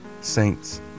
saints